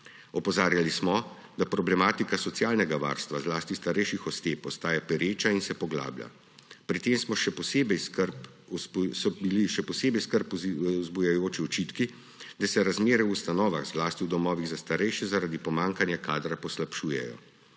Opozarjali smo, da problematika socialnega varstva zlasti starejših oseb ostaja pereča in se poglablja. Pri tem so bili še posebej skrb vzbujajoči očitki, da se razmere v ustanovah, zlasti v domovih za starejše, zaradi pomanjkanja kadra poslabšujejo.